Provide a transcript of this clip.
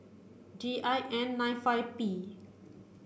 G I N nine five P